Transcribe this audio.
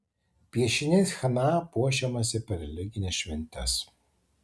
piešiniais chna puošiamasi per religines šventes